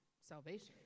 salvation